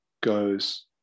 goes